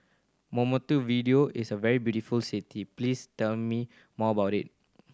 video is a very beautiful city please tell me more about it